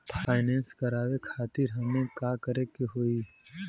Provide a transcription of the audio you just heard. Finance करावे खातिर हमें का करे के होई?